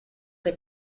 que